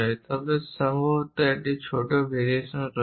তবে সম্ভবত একটি ছোট ভেরিয়েশন রয়েছে